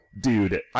Dude